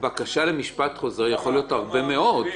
בקשה למשפט חוזר יכול להיות הרבה מאוד.